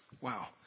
Wow